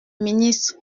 ministre